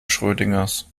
schrödingers